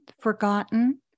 forgotten